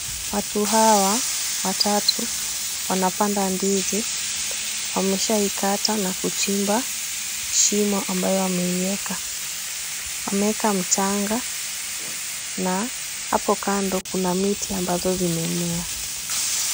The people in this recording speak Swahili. Watu hawa watatu wanapanda ndizi. Wameshaikata na kuchimba shimo ambayo wameiweka. Wameeka mchanga na hapo kando kuna miti ambazo zimemea.